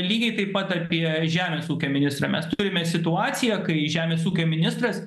lygiai taip pat apie žemės ūkio ministrą mes turime situaciją kai žemės ūkio ministras